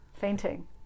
Fainting